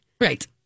Right